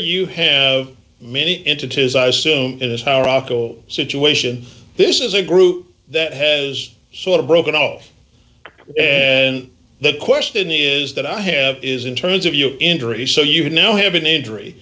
you have many into tis i assume that is how rocco situation this is a group that has sort of broken off and the question is that i have is in terms of your injuries so you now have an injury